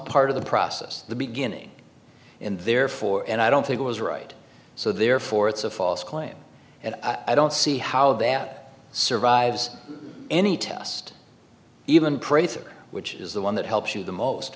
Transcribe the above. part of the process the beginning and therefore and i don't think it was right so therefore it's a false claim and i don't see how that survives any test even crazier which is the one that helps you the most